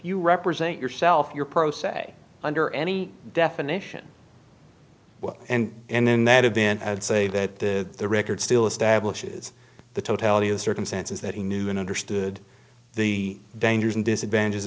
you represent yourself you're pro se under any definition well and in that event i'd say that the record still establishes the totality of circumstances that he knew and understood the dangers and disadvantages